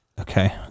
okay